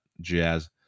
jazz